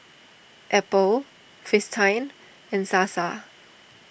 Apple Fristine and Sasa